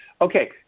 Okay